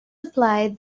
applied